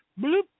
Bloop